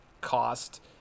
cost